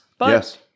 Yes